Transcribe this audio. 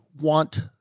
want